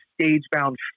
stage-bound